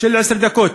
של עשר דקות,